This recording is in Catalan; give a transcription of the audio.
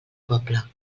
poble